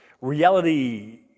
reality